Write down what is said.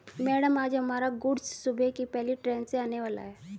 madam आज हमारा goods सुबह की पहली ट्रैन से आने वाला है